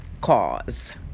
Cause